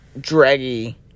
draggy